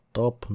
top